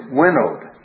winnowed